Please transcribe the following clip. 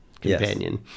companion